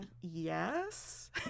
yes